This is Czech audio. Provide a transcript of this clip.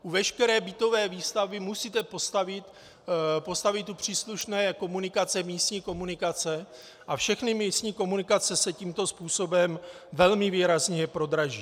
U veškeré bytové výstavby musíte postavit příslušné komunikace, místní komunikace a všechny místní komunikace se tímto způsobem velmi výrazně prodraží.